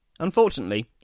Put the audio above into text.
Unfortunately